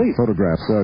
photographs